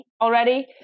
already